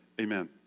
Amen